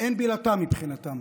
שאין בלתה מבחינתם,